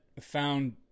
found